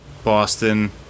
Boston